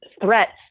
threats